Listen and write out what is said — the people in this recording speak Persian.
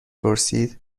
پرسید